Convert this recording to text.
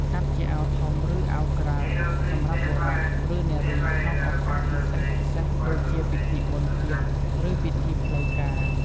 កាត់ជាអាវធំ ឬអាវក្រៅ សម្រាប់បុរស ឬនារីក្នុងឱកាសពិសេសៗដូចជាពិធីបុណ្យជាតិ ឬពិធីផ្លូវការ។